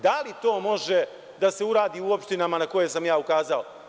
Da li to može da se uradi u opštinama na koje sam ja ukazao?